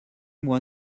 moi